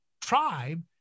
tribe